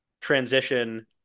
transition